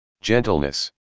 Gentleness